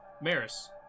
maris